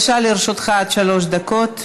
אדוני, לרשותך עד שלוש דקות.